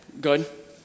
good